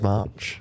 March